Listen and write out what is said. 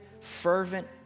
fervent